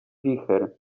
wicher